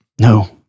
no